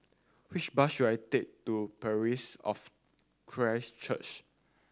which bus should I take to Parish of Christ Church